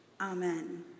Amen